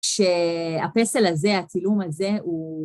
שהפסל הזה, הצילום הזה, הוא...